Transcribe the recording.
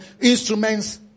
instruments